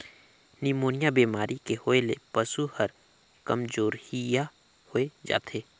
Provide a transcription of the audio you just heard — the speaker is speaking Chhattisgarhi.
निमोनिया बेमारी के होय ले पसु हर कामजोरिहा होय जाथे